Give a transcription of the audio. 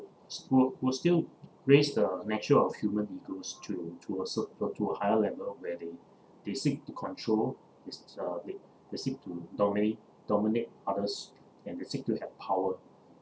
will will still raise the nature of human egos to to a cert~ uh to a higher level where they they seek to control they s~ uh they they seek to dominate dominate others and they seek to have power